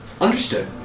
Understood